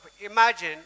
imagine